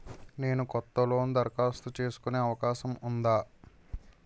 నేను కొత్త లోన్ దరఖాస్తు చేసుకునే అవకాశం ఉందా?